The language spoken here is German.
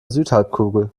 südhalbkugel